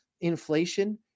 Inflation